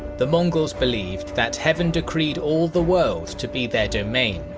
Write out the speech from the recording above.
the mongols believed that heaven decreed all the world to be their domain,